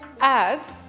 Add